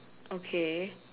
okay